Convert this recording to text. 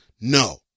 No